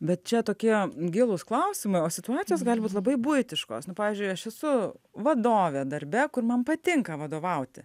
bet čia tokie gilūs klausimai o situacijos gali būt labai buitiškos nu pavyzdžiui aš esu vadovė darbe kur man patinka vadovauti